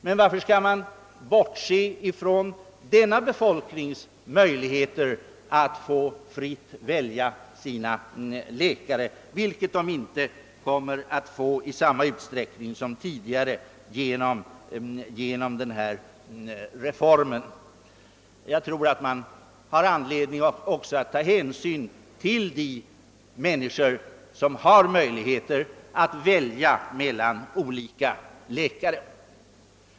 Men varför skall man bortse från denna befolknings möjligheter att fritt få välja sina läkare, vilket den inte skulle komma att få göra i samma utsträckning som tidigare om den här reformen genomförs? Jag tror att man också har anledning ta hänsyn till de människor som har möjlighet att välja mellan olika läkare.